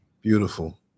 Beautiful